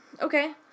Okay